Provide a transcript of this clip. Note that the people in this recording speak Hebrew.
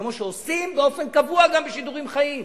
כמו שעושים באופן קבוע גם בשידורים חיים: